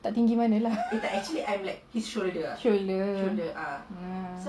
tak tinggi mana shoulder oh